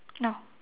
no